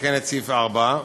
לתקן את סעיף 4,